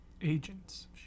Agents